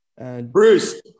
Bruce